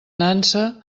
nansa